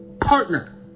Partner